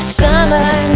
summer